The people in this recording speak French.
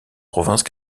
provinces